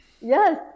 Yes